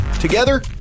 Together